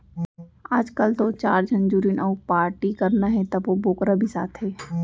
आजकाल तो चार झन जुरिन अउ पारटी करना हे तभो बोकरा बिसाथें